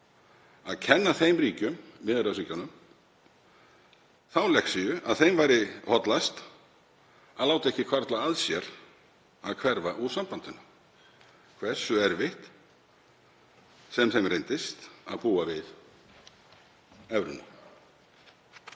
að kenna þeim ríkjum, Miðjarðarhafsríkjunum, þá lexíu að þeim væri hollast að láta ekki hvarfla að sér að hverfa úr sambandinu, hversu erfitt sem þeim reyndist að búa við evruna.